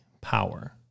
power